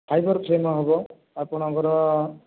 fibre frame ହେବ ଆପଣଙ୍କର